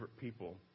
people